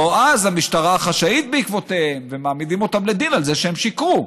או אז המשטרה החשאית בעקבותיהם ומעמידים אותם לדין על זה שהם שיקרו.